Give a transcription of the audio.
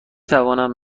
توانم